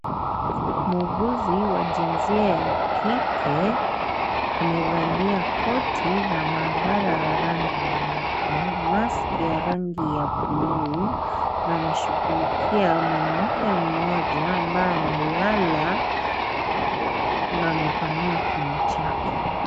Muuguzi wa jinsia ya kike, amevalia koti la mahabara la rangi nyeupe, mask ya rangi ya buluu na anashughulikia mwanamke mmoja, ambaye amelala na amepanua kinywa chake.